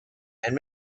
and